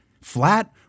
flat